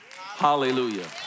Hallelujah